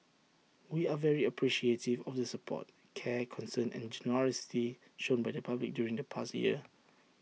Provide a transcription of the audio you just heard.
we are very appreciative of the support care concern and generosity shown by the public during the past year